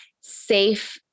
safe